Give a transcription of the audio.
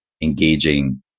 engaging